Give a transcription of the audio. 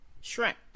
Shrimp